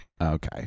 Okay